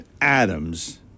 Adams